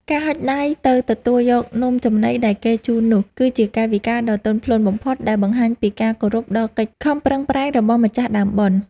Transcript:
ការហុចដៃទៅទទួលយកនំចំណីដែលគេជូននោះ គឺជាកាយវិការដ៏ទន់ភ្លន់បំផុតដែលបង្ហាញពីការគោរពដល់កិច្ចខំប្រឹងប្រែងរបស់ម្ចាស់ដើមបុណ្យ។